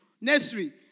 nursery